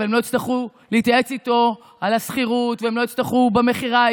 אבל הם לא יצטרכו להתייעץ איתו על השכירות והם לא יצטרכו במכירה.